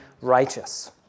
righteous